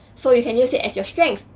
so you can use it as your strength.